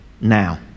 now